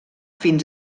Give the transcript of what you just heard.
fins